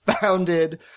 founded